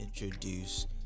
introduce